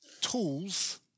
tools